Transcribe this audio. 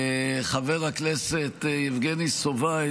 חבר הכנסת יבגני סובה,